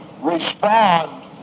respond